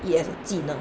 it has 技能